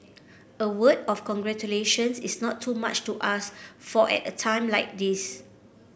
a word of congratulations is not too much to ask for at a time like this